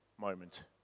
moment